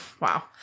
Wow